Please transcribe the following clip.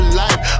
life